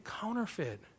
counterfeit